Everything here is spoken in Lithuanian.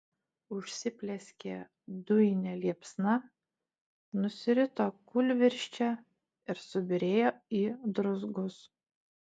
užsiplieskė dujine liepsna nusirito kūlvirsčia ir subyrėjo į druzgus